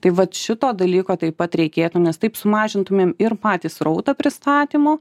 tai vat šito dalyko taip pat reikėtų nes taip sumažintumėm ir patį srautą pristatymų